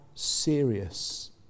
Serious